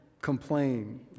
complain